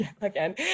again